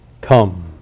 come